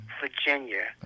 Virginia